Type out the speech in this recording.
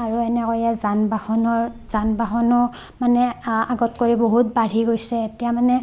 আৰু এনেকৈয়ে যান বাহনৰ যান বাহনো মানে আগত কৰি বহুত বাঢ়ি গৈছে এতিয়া মানে